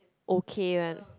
okay one